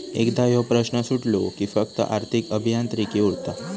एकदा ह्यो प्रश्न सुटलो कि फक्त आर्थिक अभियांत्रिकी उरता